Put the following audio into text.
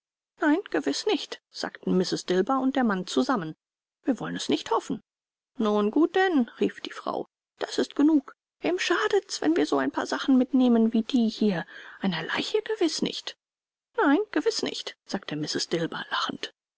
nein gewiß nicht sagten mrs dilber und der mann zusammen wir wollen es nicht hoffen nun gut denn rief die frau das ist genug wem schadet's wenn wir so ein paar sachen mitnehmen wie die hier einer leiche gewiß nicht nein gewiß nicht sagte mrs dilber lachend